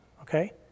okay